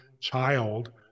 child